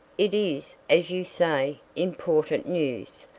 it is, as you say, important news,